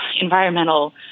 environmental